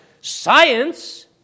science